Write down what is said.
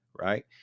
right